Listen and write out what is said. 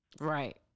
Right